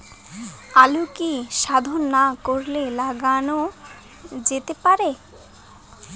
আলু কি শোধন না করে লাগানো যেতে পারে?